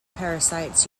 parasites